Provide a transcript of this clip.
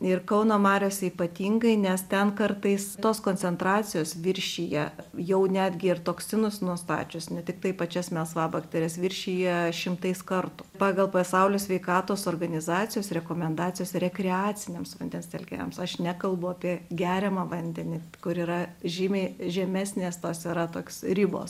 ir kauno mariose ypatingai nes ten kartais tos koncentracijos viršija jau netgi ir toksinus nuostačius ne tiktai pačias melsvabakteres viršija šimtais kartų pagal pasaulio sveikatos organizacijos rekomendacijas rekreaciniams vandens telkiniams aš nekalbu apie geriamą vandenį kur yra žymiai žemesnės tos yra toks ribos